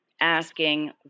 asking